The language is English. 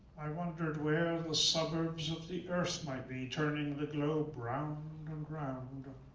i wondered where the suburbs of the earth might be turning the globe round and round.